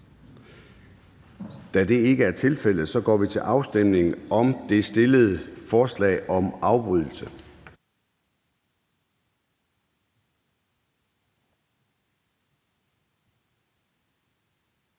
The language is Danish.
Da det ikke er tilfældet, går vi til afstemning om det stillede forslag om afbrydelse.